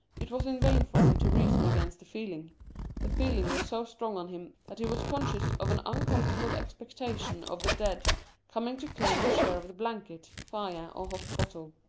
it was in vain for him to reason against the feeling the feeling was so strong on him that he was conscious of an uncomfortable expectation of the dead coming to claim a share of the blanket, fire, or hot bottle.